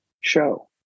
show